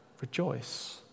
rejoice